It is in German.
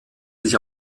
sich